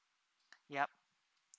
yup